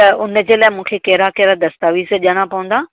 त हुन जे लाइ मूंखे कहिड़ा कहिड़ा दस्तावेज़ ॾियणा पवंदा